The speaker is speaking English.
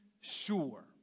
sure